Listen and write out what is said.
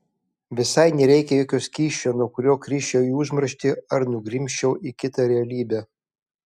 visai nereikia jokio skysčio nuo kurio krisčiau į užmarštį ar nugrimzčiau į kitą realybę